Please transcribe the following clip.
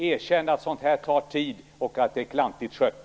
Erkänn att sådant här tar tid och att detta är klantigt skött!